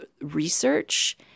research